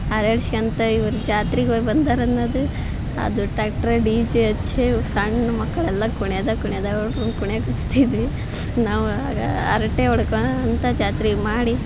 ಹಾರಾಡ್ಶ್ಕ್ಯಂತ ಇವ್ರು ಜಾತ್ರಿಗೆ ಹೋಯಿ ಬಂದರು ಅನ್ನೋದು ಅದು ಟ್ಯಾಕ್ಟ್ರ ಡಿಜೆ ಹಚ್ಚಿ ಸಣ್ಣ ಮಕ್ಕಳೆಲ್ಲ ಕುಣಿಯದೆ ಕುಣಿಯದು ಕುಣಿಯಕ್ಕೆ ಕಿರ್ಚ್ತಿದ್ವಿ ನಾವು ಆಗ ಹರಟೆ ಹೊಡ್ಕೊಂತ ಜಾತ್ರೆ ಮಾಡಿ